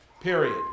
period